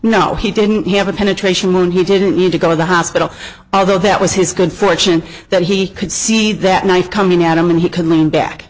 no he didn't have a penetration when he didn't need to go to the hospital although that was his good fortune that he could see that knife coming at him and he could lean back